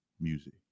music